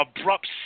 abrupt